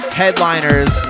headliners